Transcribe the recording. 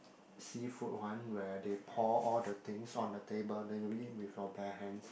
seafood one where they pour all the things on the table then you eat with your bare hands